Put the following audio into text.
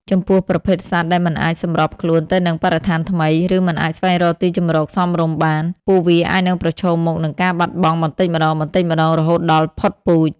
ចំពោះប្រភេទសត្វដែលមិនអាចសម្របខ្លួនទៅនឹងបរិស្ថានថ្មី ឬមិនអាចស្វែងរកទីជម្រកសមរម្យបាន ពួកវាអាចនឹងប្រឈមមុខនឹងការបាត់បង់បន្តិចម្តងៗរហូតដល់ផុតពូជ។